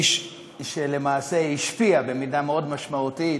איש שלמעשה השפיע במידה משמעותית